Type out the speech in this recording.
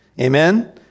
Amen